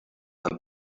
and